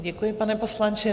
Děkuji, pane poslanče.